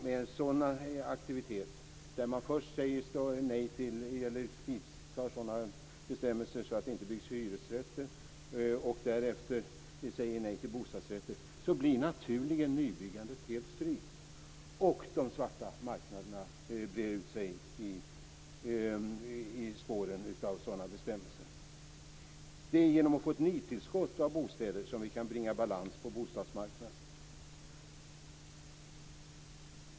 Med sådana aktiviteter, där man först vidtar sådana bestämmelser att det inte byggs hyresrätter och därefter säger nej till bostadsrätter, blir naturligen nybyggandet helt strypt. Och de svarta marknaderna breder ut sig i spåret av sådana bestämmelser. Det är genom att få ett nytillskott av bostäder som vi kan bringa balans på bostadsmarknaden.